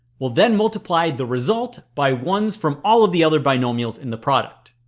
we'll then multiply the result by ones from all of the other binomials in the product